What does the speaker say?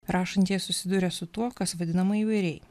rašantieji susiduria su tuo kas vadinama įvairiai